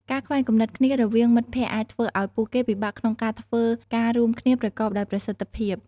ការខ្វែងគំនិតគ្នារវាងមិត្តភក្តិអាចធ្វើឱ្យពួកគេពិបាកក្នុងការធ្វើការរួមគ្នាប្រកបដោយប្រសិទ្ធភាព។